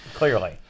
Clearly